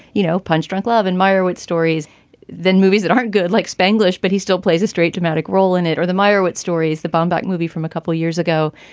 you know, punch drunk love and meyerowitz stories then movies that aren't good like spanglish. but he still plays a straight dramatic role in it. or the meyerowitz stories, the bombach movie from a couple years ago.